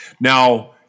Now